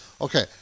Okay